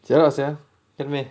jialat sia can meh